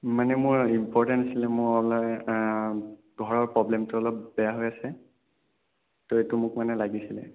মানে মই ইম্পৰটেণ্ট আছিলে মোৰ পোহৰৰ প্ৰ'ব্লেমটো অলপ বেয়া হৈ আছে ত' এইটো মোক মানে লাগিছিলে